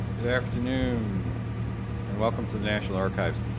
good afternoon and welcome to the national archives.